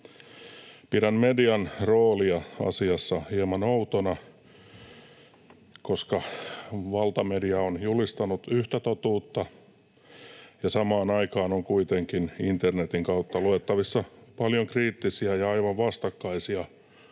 Pidän median roolia asiassa hieman outona, koska valtamedia on julistanut yhtä totuutta, ja samaan aikaan on kuitenkin internetin kautta luettavissa paljon kriittisiä ja aivan vastakkaisia